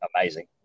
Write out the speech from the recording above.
amazing